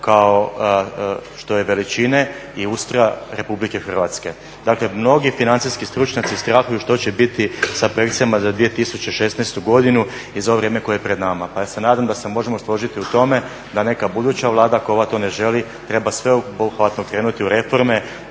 kao što je veličine i ustroja Republike Hrvatske. Dakle, mnogi financijski stručnjaci strahuju što će biti sa projekcijama za 2016. godinu i za ovo vrijeme koje je pred nama, pa se ja nadam da se možemo složiti u tome da neka buduća Vlada ako ova to ne želi treba sveobuhvatno krenuti u reforme